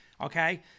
okay